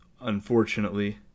unfortunately